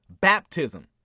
baptism